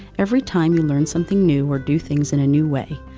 every time you learn something new or do things and a new way,